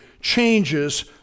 changes